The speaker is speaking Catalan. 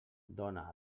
dóna